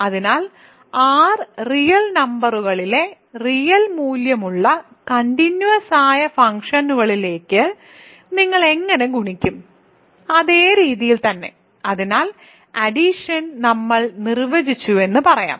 അതിനാൽ R real നമ്പറുകളിലെ real മൂല്യമുള്ള കണ്ടിന്യൂസ് ആയ ഫംഗ്ഷനുകളിലേക്ക് നിങ്ങൾ എങ്ങനെ ഗുണിക്കും അതേ രീതിയിൽ തന്നെ അതിനാൽ അഡിഷൻ നമ്മൾ നിർവചിച്ചുവെന്ന് പറയാം